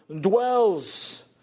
dwells